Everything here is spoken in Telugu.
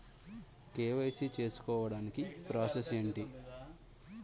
కే.వై.సీ చేసుకోవటానికి ప్రాసెస్ ఏంటి?